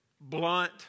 blunt